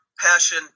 passion